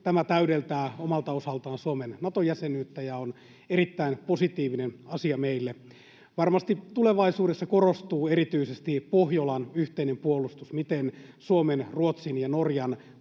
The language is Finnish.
tämä täydentää omalta osaltaan Suomen Nato-jäsenyyttä ja on erittäin positiivinen asia meille. Varmasti tulevaisuudessa korostuu erityisesti Pohjolan yhteinen puolustus, miten Suomen, Ruotsin ja Norjan